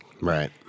Right